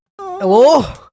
Hello